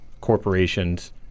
corporations